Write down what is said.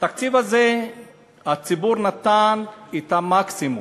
בתקציב הזה הציבור נתן את המקסימום,